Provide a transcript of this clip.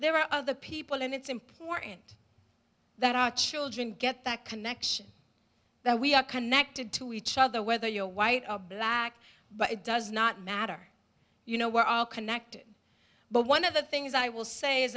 there are other people and it's important that our children get that connection that we are connected to each other whether you're white or black but it does not matter you know we're all connected but one of the things i will say